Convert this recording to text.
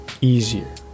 easier